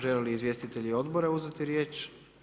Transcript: Žele li izvjestitelji odbora uzeti riječ?